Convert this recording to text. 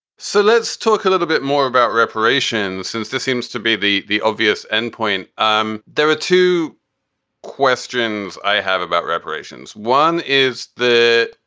so let's talk a little bit more about reparations, since this seems to be the the obvious endpoint. um there are two questions i have about reparations. one is the.